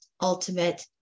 ultimate